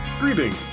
Greetings